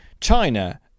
China